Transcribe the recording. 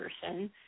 person